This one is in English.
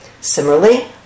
Similarly